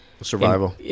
Survival